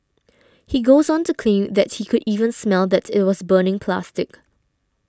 he goes on to claim that he could even smell that it was burning plastic